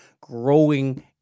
growing